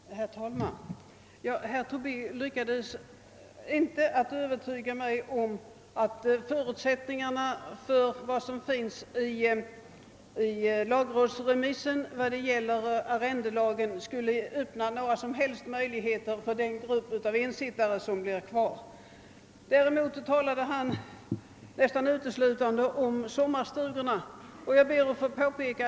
Herr talman! Herr Tobé lyckades inte övertyga mig om att förutsättningarna för vad som finns i lagrådets remiss av arrendelagen skulle öppna några som helst möjligheter för den grupp av ensittare som blir kvar. Däremot talade han nästan uteslutande om sommarstugorna.